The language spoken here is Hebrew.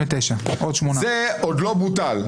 עוד לא בוטל,